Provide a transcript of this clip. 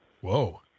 Whoa